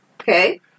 Okay